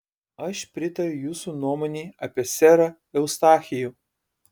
aš pritariu jūsų nuomonei apie serą eustachijų